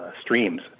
streams